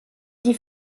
die